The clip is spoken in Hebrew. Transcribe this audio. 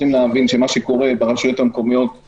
ומשרד הבריאות לא מבין את זה,